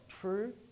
true